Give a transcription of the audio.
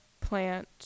plant